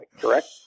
correct